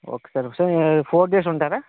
okay sir okay sir four days ఉంటారా